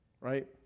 Right